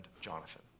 Jonathan